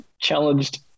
challenged